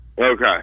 Okay